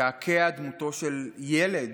לקעקע את דמותו של ילד